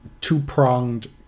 two-pronged